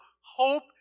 hope